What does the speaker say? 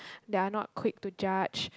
they are not quick to judge